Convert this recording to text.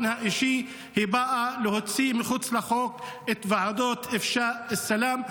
האישי היא באה להוציא מחוץ לחוק את ועדות אפשאא אלסלאם.